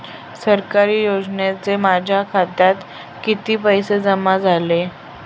सरकारी योजनेचे माझ्या खात्यात किती पैसे जमा झाले?